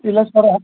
ಇಲ್ಲ ಸರ